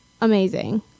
amazing